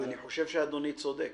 אני חושב שאדוני צודק.